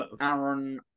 Aaron